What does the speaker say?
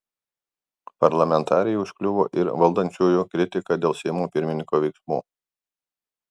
parlamentarei užkliuvo ir valdančiųjų kritika dėl seimo pirmininko veiksmų